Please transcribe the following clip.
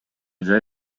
жай